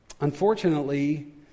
unfortunately